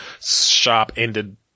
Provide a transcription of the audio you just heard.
sharp-ended